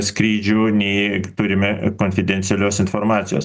skrydžių nei turime konfidencialios informacijos